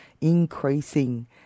increasing